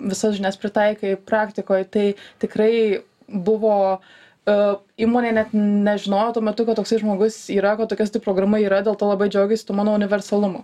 visas žinias pritaikai praktikoj tai tikrai buvo įmonė net nežinojo tuo metu kad toksai žmogus yra kad tokia studijų programa yra dėl to labai džiaugėsi tuo mano universalumu